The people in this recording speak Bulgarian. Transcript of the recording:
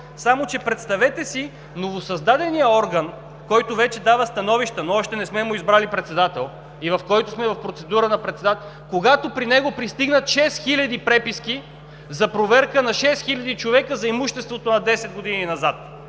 само, че новосъздаденият орган, който вече дава становища, но още не сме му избрали председател и който е в процедура за председател, когато при него пристигат 6000 преписки за проверка на 6000 човека за имуществото за 10 години назад,